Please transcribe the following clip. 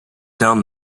down